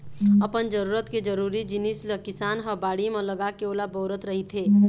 अपन जरूरत के जरुरी जिनिस ल किसान ह बाड़ी म लगाके ओला बउरत रहिथे